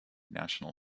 national